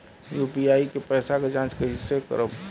UPI के पैसा क जांच कइसे करब?